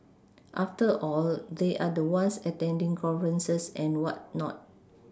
after all they are the ones attending conferences and whatnot